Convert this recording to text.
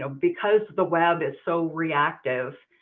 so because the web is so reactive,